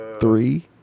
Three